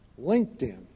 LinkedIn